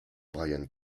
brian